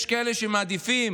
יש כאלה שמעדיפים